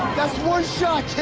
that's one shot kid.